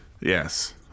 Yes